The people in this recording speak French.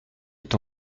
est